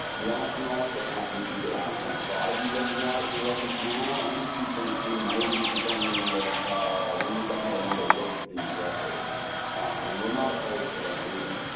that can also happen if you go out. a lot of you looking at your records now. under two point two may be determining that we need to have another look at these records and we're not opposed to that either.